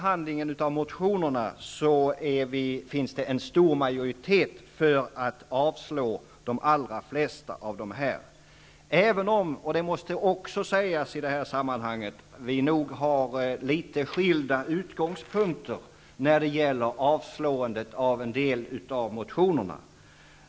Det finns också en stor majoritet för att avslå de allra flesta av motionerna, även om det måste sägas att vi i det här sammanhanget nog har litet skilda utgångspunkter för avstyrkandet av en del av dem.